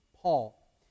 Paul